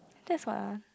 that's what ah